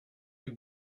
have